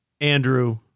Andrew